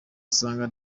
asanga